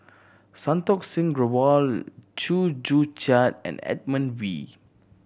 Santokh Singh Grewal Chew Joo Chiat and Edmund Wee